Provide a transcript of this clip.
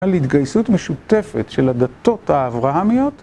על התגייסות משותפת של הדתות האברהמיות